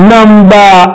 Number